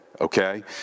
okay